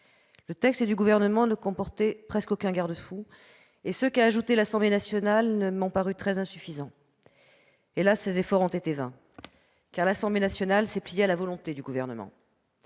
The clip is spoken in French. Le texte du Gouvernement ne comportait presque aucun garde-fou, et ceux qu'a ajoutés l'Assemblée nationale m'ont paru très insuffisants. Hélas, ces efforts ont été vains, car l'Assemblée nationale s'est pliée à la volonté du Gouvernement.